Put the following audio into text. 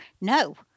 No